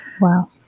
Wow